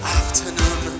afternoon